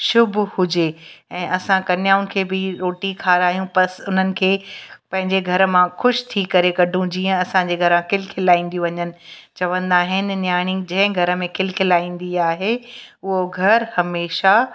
शुभ हुजे ऐं असां कन्याउनि खे बि रोटी खारायूं प्लस उन्हनि खे पंहिंजे घर मां ख़ुशि थी करे कढूं जीअं असांजे घरां खिल खिलाईंदियूं वञनि चवंदा आहिनि नयाणियूं जंहिं घर में खिल खिलाईंदी आहे उहो घरु हमेशा